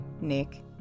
Nick